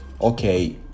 okay